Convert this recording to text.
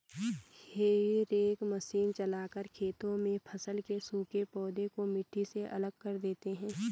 हेई rake machine चलाकर खेतों में फसल के सूखे पौधे को मिट्टी से अलग कर देते हैं